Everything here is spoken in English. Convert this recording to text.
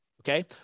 okay